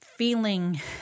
feeling